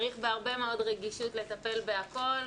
צריך בהרבה מאוד רגישות לטפל בהכל,